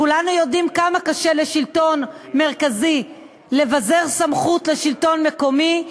כולנו יודעים כמה קשה לשלטון מרכזי לבזר סמכות לשלטון מקומי,